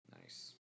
Nice